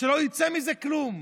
שלא יצא מזה כלום,